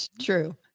true